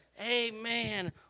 Amen